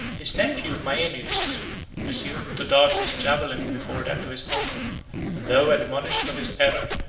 his nephew maeonius presumed to dart his javelin before that of his uncle and though admonished of his error,